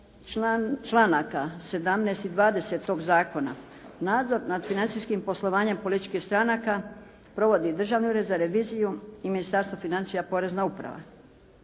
članaka 17. i 20. tog zakona nadzor nad financijskim poslovanjem političkih stranaka provodi Državni ured za reviziju i Ministarstvo financija Porezna uprava.